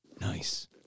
Nice